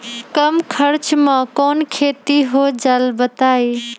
कम खर्च म कौन खेती हो जलई बताई?